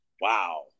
Wow